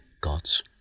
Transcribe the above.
God's